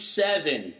seven